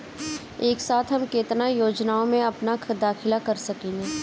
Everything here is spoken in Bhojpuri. एक साथ हम केतना योजनाओ में अपना दाखिला कर सकेनी?